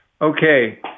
Okay